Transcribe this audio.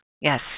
Yes